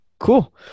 Cool